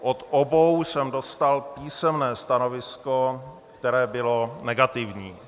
Od obou jsem dostal písemné stanovisko, které bylo negativní.